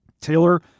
Taylor